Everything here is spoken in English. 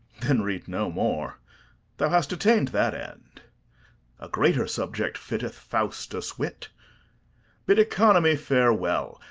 then read no more thou hast attain'd that end a greater subject fitteth faustus' wit bid economy farewell,